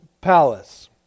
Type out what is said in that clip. palace